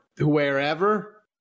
wherever